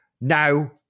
now